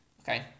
okay